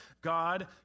God